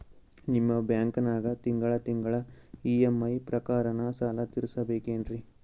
ನಿಮ್ಮ ಬ್ಯಾಂಕನಾಗ ತಿಂಗಳ ತಿಂಗಳ ಇ.ಎಂ.ಐ ಪ್ರಕಾರನ ಸಾಲ ತೀರಿಸಬೇಕೆನ್ರೀ?